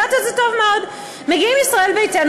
יודעת את זה טוב מאוד: מגיעים ישראל ביתנו